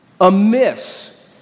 amiss